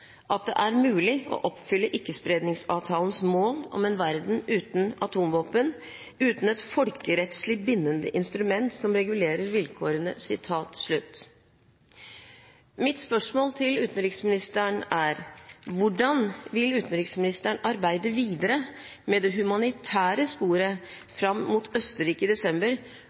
at det er mulig å oppfylle Ikkespredningsavtalens mål om en verden uten atomvåpen uten et folkerettslig bindende instrument som regulerer vilkårene.» Mitt spørsmål til utenriksministeren er: Hvordan vil utenriksministeren arbeide videre med det humanitære sporet fram mot Østerrike i desember,